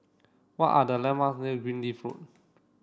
what are the landmarks near Greenleaf Road